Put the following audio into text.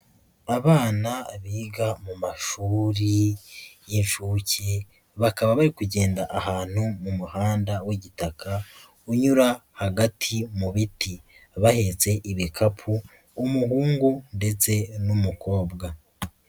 Abana biga mu mashuri y'inshuke bakaba bari kugenda ahantu mu muhanda w'igitaka unyura hagati mu biti bahetse ibikapu umuhungu ndetse n'umukobwa.